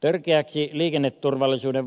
törkeäksi liikenneturvallisuuden